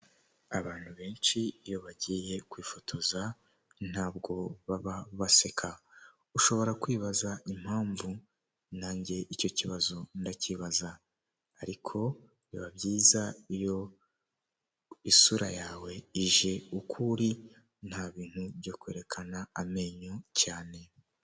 Arimantasiyo nini cyane irimo ibicuruzwa bigiye bitandukanye kandi bitewe n'ibyo ushaka, biba bigiye biri ahantu hatandukanye, uba ushobora kuyizenguruka kugirango ubone ibicuruzwa byinshi, hakubiyemo ibyo kurya n'ibyo kunywa.